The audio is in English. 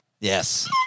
Yes